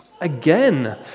Again